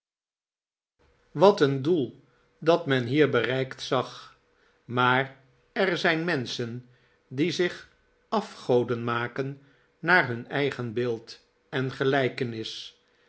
wat een doel dat men hier bereikt zag maar er zijn menschen die zich afgoden maken naar hun eigen beeld en gelijkenis